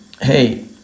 hey